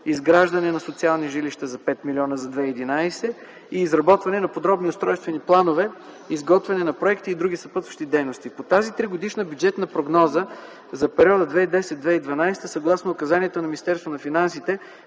изграждане на социални жилища за 5 млн. лв. за 2011 г. и изработване на подробни устройствени планове, изготвяне на проекти и други съпътстващи дейности. По тази тригодишна бюджетна прогноза за периода 2010-2012 г., съгласно указанията на Министерството на финансите